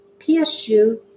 psu